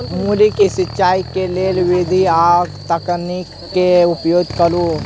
मूली केँ सिचाई केँ के विधि आ तकनीक केँ उपयोग करू?